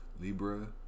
Libra